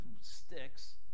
sticks